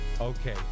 okay